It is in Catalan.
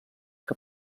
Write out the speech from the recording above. que